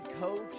coach